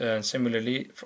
similarly